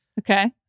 Okay